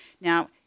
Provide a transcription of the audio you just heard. Now